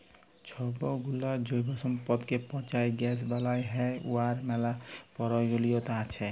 ছবগুলা জৈব সম্পদকে পঁচায় গ্যাস বালাল হ্যয় উয়ার ম্যালা পরয়োজলিয়তা আছে